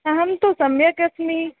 अहं तु सम्यक् अस्मि